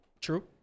True